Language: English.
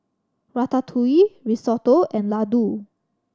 Ratatouille Risotto and Ladoo